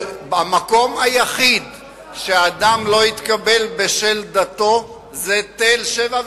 המקום היחיד שאדם לא התקבל בשל דתו זה תל-שבע,